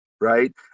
right